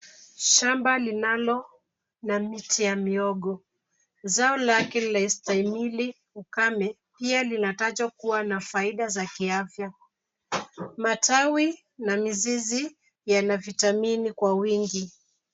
Shamba lina miti ya mihogo. Zao lake lastahimili ukame. Pia linatajwa kuwa na faida za kiafya. Matawi na mizizi yana vitamini kwa wingi.